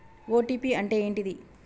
OTP అంటే ఏంటిది?